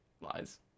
lies